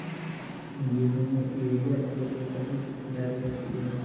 गेहूँ में यूरिया एक एकड़ में कितनी डाली जाती है?